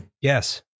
Yes